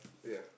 ya